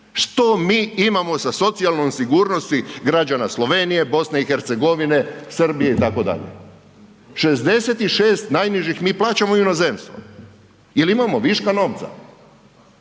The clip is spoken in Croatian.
Što mi imamo sa socijalnom sigurnosti građana Slovenije, BiH, Srbije itd.? 66 najnižih mi plaćamo u inozemstvo. Jel imamo viška novca?